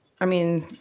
i mean,